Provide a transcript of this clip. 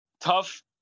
tough